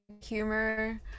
humor